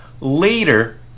later